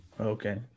okay